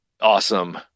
Awesome